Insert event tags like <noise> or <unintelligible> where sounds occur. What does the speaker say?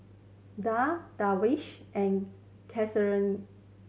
Daud Darwish and <unintelligible>